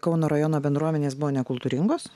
kauno rajono bendruomenės buvo nekultūringos